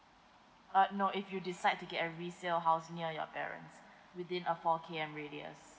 err no if you decide to get a resale house near your parents within a four K_M radius